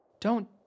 don't